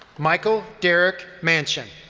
michael derek mansion.